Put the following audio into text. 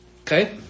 Okay